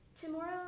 Tomorrow